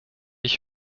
ich